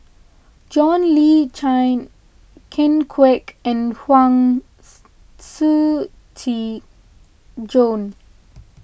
John Le Cain Ken Kwek and Huang Shiqi Joan